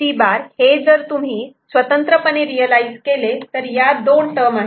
C' जर तुम्ही स्वतंत्रपणे रियलायझ केले तर या दोन टर्म आहेत